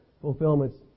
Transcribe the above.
fulfillments